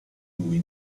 lui